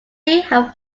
had